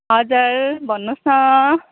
हजुर भन्नुहोस् न